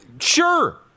Sure